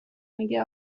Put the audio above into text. میگه